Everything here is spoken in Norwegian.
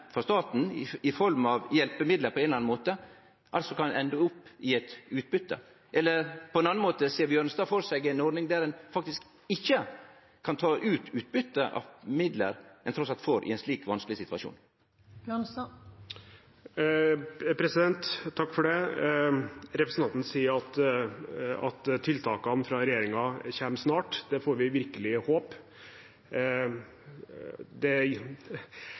frå staten i form av hjelpemidlar på ein eller annan måte, kan ende opp i eit utbyte? Eller sagt på ein annan måte: Ser Bjørnstad for seg ei ordning der ein faktisk ikkje kan ta ut utbyte av midlar ein trass alt får i ein slik vanskeleg situasjon? Representanten sier at tiltakene fra regjeringen kommer snart, det får vi virkelig håpe. Det gir ikke veldig mye sympati at vi på Stortinget er